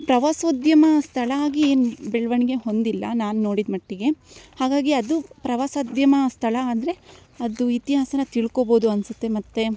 ಪ್ರವಾಸೋದ್ಯಮ ಸ್ಥಳ ಆಗಿ ಏನು ಬೆಳವಣ್ಗೆ ಹೊಂದಿಲ್ಲ ನಾನು ನೋಡಿದ ಮಟ್ಟಿಗೆ ಹಾಗಾಗಿ ಅದು ಪ್ರವಾಸೋದ್ಯಮ ಸ್ಥಳ ಅಂದರೆ ಅದು ಇತಿಹಾಸನ ತಿಳ್ಕೋಬೌದು ಅನ್ಸುತ್ತೆ ಮತ್ತು